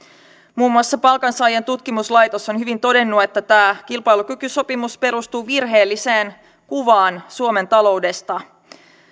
muun muassa palkansaajien tutkimuslaitos on hyvin todennut että tämä kilpailukykysopimus perustuu virheelliseen kuvaan suomen taloudesta